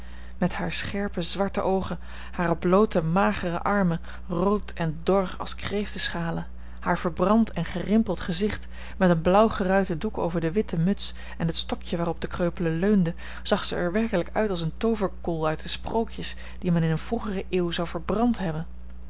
met hare scherpe zwarte oogen hare bloote magere armen rood en dor als kreefteschalen haar verbrand en gerimpeld gezicht met een blauw geruiten doek over de witte muts en het stokje waarop de kreupele leunde zag zij er werkelijk uit als eene tooverkol uit de sprookjes die men in een vroegere eeuw zou verbrand hebben